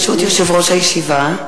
ברשות יושב-ראש הישיבה,